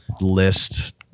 list